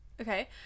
Okay